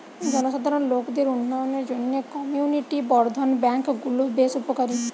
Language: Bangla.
জনসাধারণ লোকদের উন্নয়নের জন্যে কমিউনিটি বর্ধন ব্যাংক গুলো বেশ উপকারী